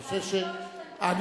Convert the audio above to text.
אני חושב, דעתי לא השתנתה.